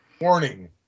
Warning